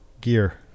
gear